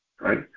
Right